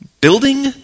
Building